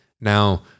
now